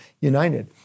united